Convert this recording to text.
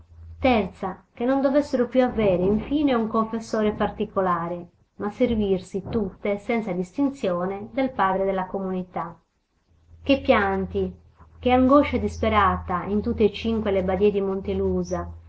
che non dovessero più avere in fine un confessore particolare ma servirsi tutte senza distinzione del padre della comunità che pianti che angoscia disperata in tutte e cinque le badie di